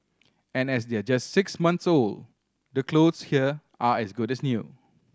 and as they're just six months old the clothes here are as good as new